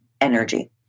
energy